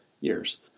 years